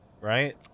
Right